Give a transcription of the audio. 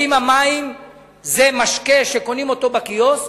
האם המים זה משקה שקונים אותו בקיוסק